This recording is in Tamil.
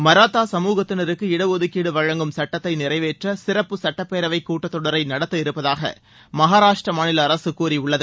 மராத்தா சமூகத்தினருக்கு இடஒதுக்கீடு வழங்கும் சட்டத்தை நிறைவேற்ற சிறப்பு சட்டப்பேரவைக் கூட்டத்தொடரை நடத்த இருப்பதாக மகாராஷ்டிர மாநில அரசு கூறியுள்ளது